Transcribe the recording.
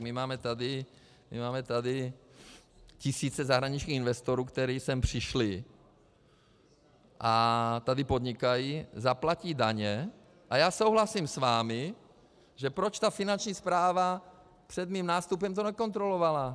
My máme tady tisíce zahraničních investorů, kteří sem přišli a tady podnikají, zaplatí daně a já souhlasím s vámi, že proč ta Finanční správa před mým nástupem to nekontrolovala?